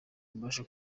mbashe